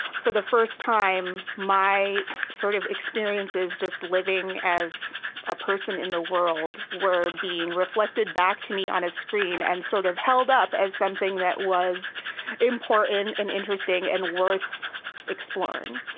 for the first time, my sort of experiences just living as a person in the world were being reflected back to me on a screen and sort of held up as something that was important and interesting and worth exploring